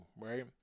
right